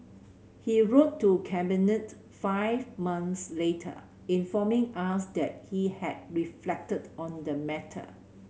he wrote to Cabinet five months later informing us that he had reflected on the matter